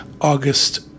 August